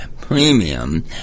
premium